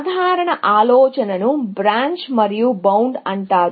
సాధారణ ఆలోచనను బ్రాంచ్ మరియు బౌండ్ అంటారు